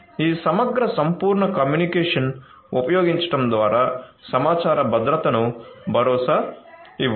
ఈ సమగ్ర సంపూర్ణ కమ్యూనికేషన్ ఉపయోగించడం ద్వారా సమాచార భద్రతను భరోసా ఇవ్వాలి